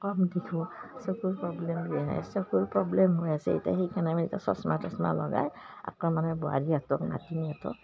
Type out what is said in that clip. কম দেখোঁ চকুৰ প্ৰব্লেম চকুৰ প্ৰব্লেম হৈ আছে এতিয়া সেইকাৰণে আমি এতিয়া চশমা টশমা লগাই আকৌ মানে নাতিনী হঁতক